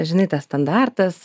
žinai tas standartas